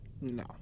No